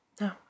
No